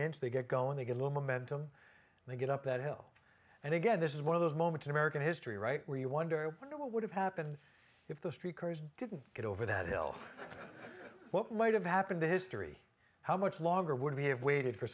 inch they get going they get little momentum and they get up that hill and again this is one of those moments in american history right where you wonder what would have happened if the street cars didn't get over that hill what might have happened to history how much longer would we have waited for